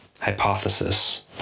hypothesis